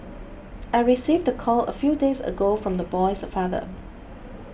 I received the call a few days ago from the boy's father